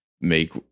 make